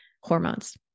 Hormones